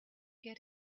get